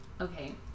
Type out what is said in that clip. Okay